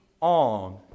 on